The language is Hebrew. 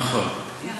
נכון.